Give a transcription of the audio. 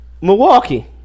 Milwaukee